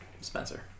Spencer